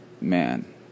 man